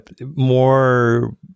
more